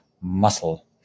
muscle